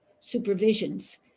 supervisions